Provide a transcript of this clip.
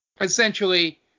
essentially